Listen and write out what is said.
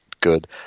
good